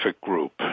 group